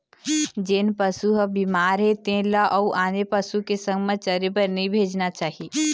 जेन पशु ह बिमार हे तेन ल अउ आने पशु के संग म चरे बर नइ भेजना चाही